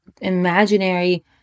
imaginary